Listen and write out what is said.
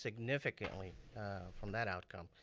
significantly from that outcome,